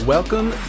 Welcome